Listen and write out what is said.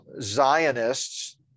Zionists